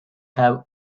have